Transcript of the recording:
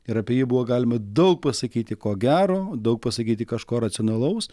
ir apie jį buvo galima daug pasakyti ko gero daug pasakyti kažko racionalaus